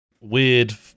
weird